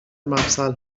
مفصل